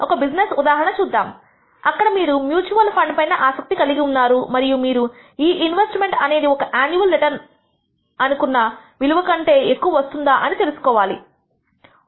ఒక బిజినెస్ ఉదాహరణ చూద్దాం అక్కడ మీరు మ్యూచువల్ ఫండ్ పైన ఆసక్తి కలిగి ఉన్నారు మరియు మీరు ఈ ఇన్వెస్ట్మెంట్ అనేది ఒక అన్యువల్ రిటర్న్ అనేవి అనుకున్నా విలువ కంటే ఎక్కువ వస్తుందా అని తెలుసుకోవాలి అనుకుంటున్నారు